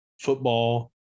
football